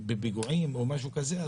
בפיגועים או משהו כזה,